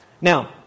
Now